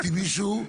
חסמים,